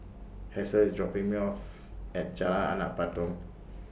Hasel IS dropping Me off At Jalan Anak Patong